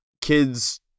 kids